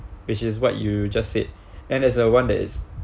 which is what you just said and there's a one this